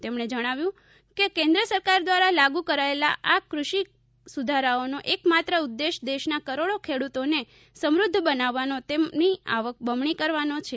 તેમણે જણાવ્યું કે કેન્ક્ર સરકાર દ્વારા લાગુ કરાયેલા આ કૃષિ સુધારાઓનો એકમાત્ર ઉદ્દેશ દેશના કરોડો ખેડૂતોને સમૃદ્ધ બનાવવાનો તેમની આવક બમણી કરવાનો છે